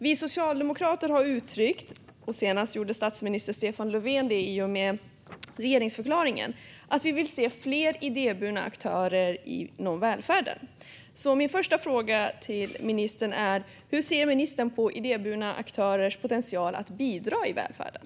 Vi socialdemokrater har uttryckt - senast gjorde statsminister Stefan Löfven det i regeringsförklaringen - att vi vill se fler idéburna aktörer inom välfärden. Min första fråga till ministern är därför hur ministern ser på idéburna aktörers potential att bidra i välfärden.